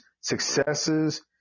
successes